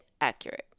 accurate